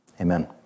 Amen